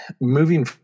moving